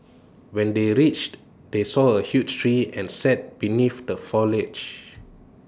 when they reached they saw A huge tree and sat beneath the foliage